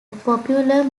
popular